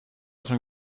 som